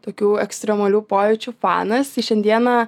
tokių ekstremalių pojūčių fanas ir šiandieną